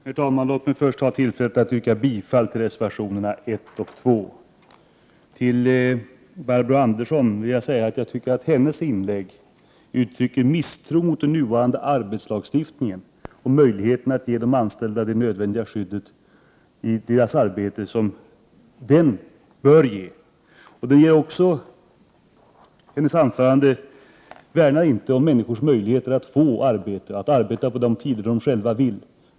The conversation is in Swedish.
Herr talman! Låt mig först ta tillfället i akt att yrka bifall till reservationerna 1 och 2. Till Barbro Andersson vill jag säga att jag tycker att hennes inlägg uttrycker misstro mot den nuvarande arbetslagstiftningen och möjligheterna att ge de anställda det skydd i deras arbete som den bör ge. Hennes anförande värnar inte heller människors möjligheter att få arbeta på de tider som de själva vill.